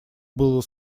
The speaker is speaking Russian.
было